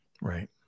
Right